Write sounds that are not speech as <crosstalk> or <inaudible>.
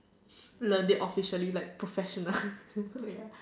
<noise> learn it officially like professional <laughs> ya